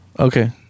Okay